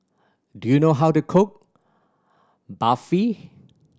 do you know how to cook Barfi